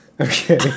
Okay